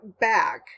back